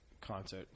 concert